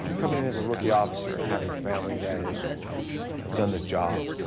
coming in as a rookie officer and having family that has done this job,